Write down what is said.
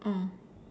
oh